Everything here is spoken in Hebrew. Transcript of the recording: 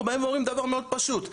אנחנו באים ואומרים דבר מאוד פשוט.